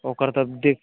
ओकर तऽ देख